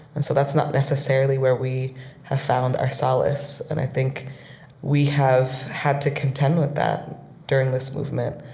and so that's not necessarily where we have found our solace. and i think we have had to contend with that during this movement.